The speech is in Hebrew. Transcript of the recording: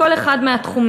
לכל אחד מהתחומים.